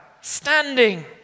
standing